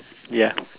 ya